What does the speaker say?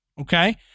okay